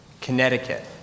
Connecticut